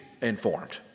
informed